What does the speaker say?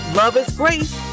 loveisgrace